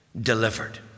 delivered